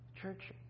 Church